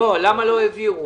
למה לא העבירו?